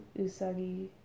Usagi-